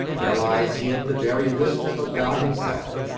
there lies hid the very wisdom of god himself.